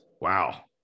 Wow